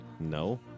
No